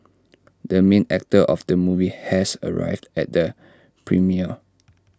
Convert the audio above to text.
the main actor of the movie has arrived at the premiere